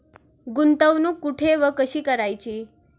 गुंतवणूक कुठे व कशी करायची?